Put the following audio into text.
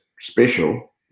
special